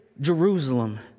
Jerusalem